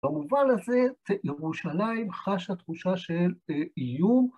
במובן הזה ירושלים חשה תחושה של איום.